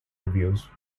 reviews